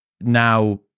now